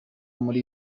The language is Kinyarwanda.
muri